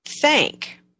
thank